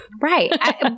right